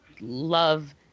love